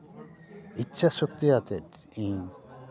ᱤᱪᱪᱷᱟ ᱥᱚᱠᱛᱤ ᱟᱛᱮᱫ ᱤᱧ